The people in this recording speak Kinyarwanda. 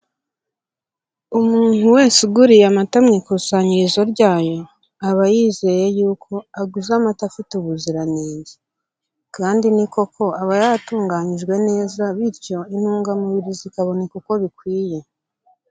Umuntu wese uguriye amata mu ikusanyirizo ryayo, aba yizeye yuko aguze amata afite ubuziranenge, kandi ni koko aba yaratunganyijwe neza bityo intungamubiri zikaboneka uko bikwiye.